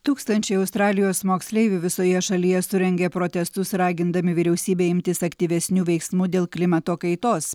tūkstančiai australijos moksleivių visoje šalyje surengė protestus ragindami vyriausybę imtis aktyvesnių veiksmų dėl klimato kaitos